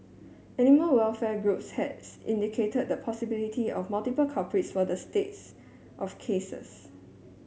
animal welfare groups had indicated the possibility of multiple culprits for the states of cases